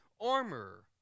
armor